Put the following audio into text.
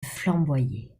flamboyaient